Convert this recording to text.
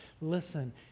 listen